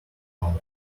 house